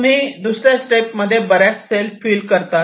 तुम्ही दुसऱ्या स्टेपमध्ये बऱ्याच सेल फील करतात